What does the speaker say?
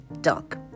dog